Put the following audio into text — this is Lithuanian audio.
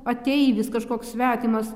ateivis kažkoks svetimas